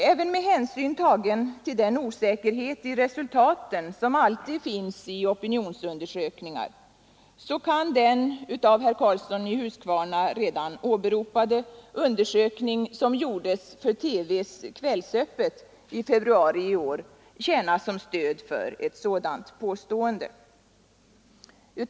Även med hänsyn tagen till den osäkerhet i resultaten som alltid finns i opinionsundersökningar kan den av herr Karlsson i Huskvarna redan åberopade undersökning som gjordes för TV:s Kvällsöppet i februari i år tjäna som stöd för ett sådant påstående.